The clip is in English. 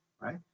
right